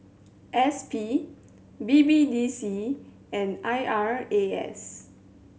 S P B B D C and I R A S